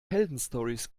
heldenstorys